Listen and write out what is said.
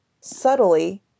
subtly